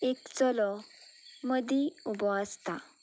एक चलो मदीं उबो आसता